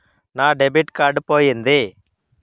నా debit card పోయింది